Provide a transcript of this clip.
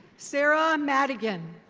sarah madigan.